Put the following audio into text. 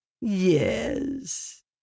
Yes